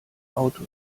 auto